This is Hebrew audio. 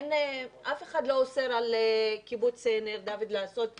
אף אחד לא אוסר על קיבוץ ניר דוד לעשות כללים,